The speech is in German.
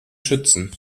schützen